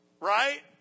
right